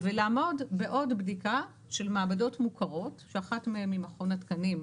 ולעמוד בעוד בדיקה של מעבדות מוכרות שאחת מהן היא מכון התקנים,